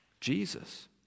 Jesus